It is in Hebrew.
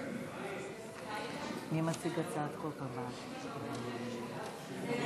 הצעת חוק העונשין (תיקון